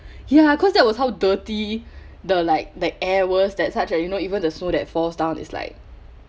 ya cause that was how dirty the like the air was that such as you know even the snow that falls down is like